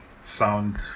sound